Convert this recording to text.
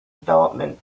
development